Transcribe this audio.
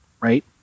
right